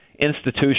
institution